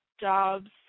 jobs